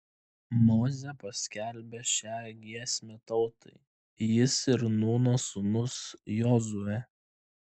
mozė paskelbė šią giesmę tautai jis ir nūno sūnus jozuė